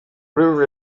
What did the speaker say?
river